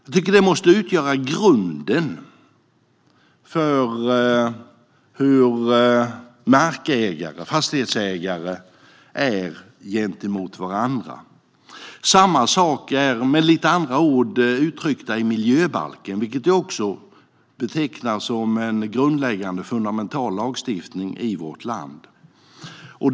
Jag tycker att det måste utgöra grunden för hur markägare och fastighetsägare är gentemot varandra. Samma sak är, med lite andra ord, uttryckt i miljöbalken, vilken jag också betecknar som en grundläggande fundamental lagstiftning i vårt land.